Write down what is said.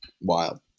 wild